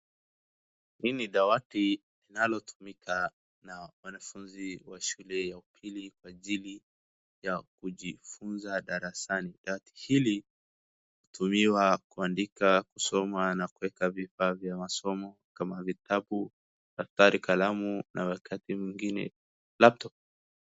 Hii ni dawati linalotumika na wanafunzi wa shule ya upili kwa ajili ya kujifunza darasani. Dawati hili hutumiwa kuandika, kusoma na kueka vifaa vya masoma kama vitabu, daftari, kalamu na wakati mwingine laptop .